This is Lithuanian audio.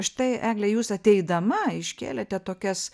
štai egle jūs ateidama iškėlėte tokias